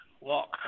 walk